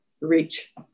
reach